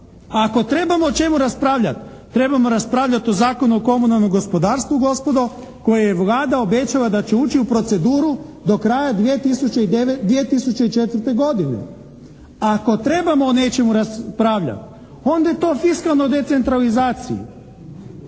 Ako trebamo o čemu raspravljati, trebamo raspravljati o Zakonu o komunalnom gospodarstvu, gospodo, koje je Vlada obećala da će ući u proceduru do kraja 2004. godine. Ako trebamo o nečemu raspravljati, onda je to o fiskalnoj decentralizaciji.